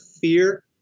fear